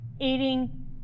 eating